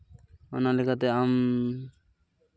ᱚᱱᱟ ᱞᱮᱠᱟᱛᱮ ᱟᱢ